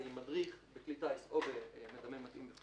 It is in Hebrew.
זה עם מדריך בכלי טיס או במדמה מתאים.